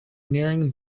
nearing